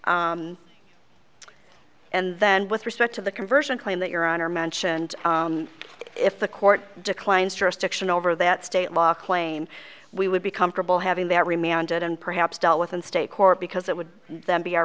and then with respect to the conversion claim that your honor mentioned if the court declines jurisdiction over that state law claim we would be comfortable having the every man dead and perhaps dealt with in state court because it would then be our